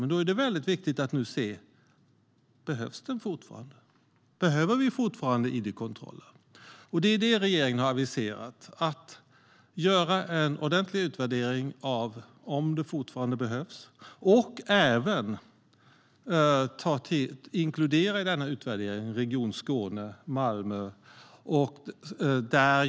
Därför är det väldigt viktigt att nu se om den fortfarande behövs. Behöver vi fortfarande id-kontroller? Det är det regeringen har aviserat - en ordentlig utvärdering av om de fortfarande behövs. I denna utvärdering ska även Region Skåne och Malmö inkluderas.